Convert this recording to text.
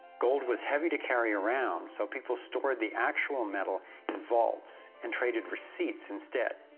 gold was heavy to carry around, so people stored the actual metal in vaults and traded receipts instead.